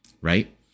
Right